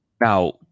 Now